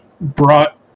brought